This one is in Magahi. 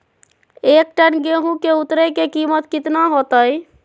एक टन गेंहू के उतरे के कीमत कितना होतई?